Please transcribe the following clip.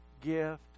gift